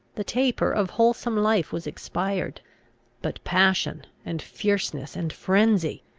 the taper of wholesome life was expired but passion, and fierceness, and frenzy,